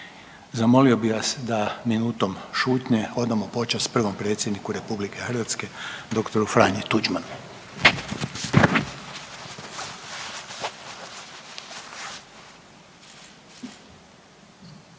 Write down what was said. Zamolio bih vas da minutom šutnje odamo počast prvom predsjedniku RH dr. Franji Tuđmanu.